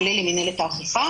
כולל למינהלת האכיפה.